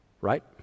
Right